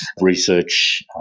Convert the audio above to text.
research